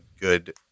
good